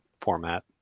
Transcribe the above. format